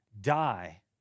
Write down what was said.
die